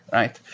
right?